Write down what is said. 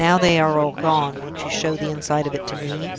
now they are all gone, won't you show the inside of it to me?